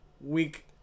week